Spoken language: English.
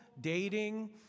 dating